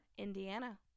Indiana